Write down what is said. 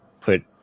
put